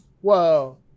Whoa